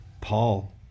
Paul